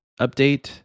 update